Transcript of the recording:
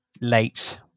late